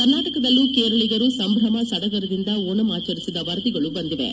ಕರ್ನಾಟಕದಲ್ಲೂ ಕೇರಳಿಗರು ಸಂಭ್ರಮ ಸದಗರದಿಂದ ಓಣಂ ಆಚರಿಸಿದ ವರದಿಗಳು ಬಂದಿವೆ